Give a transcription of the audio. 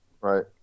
Right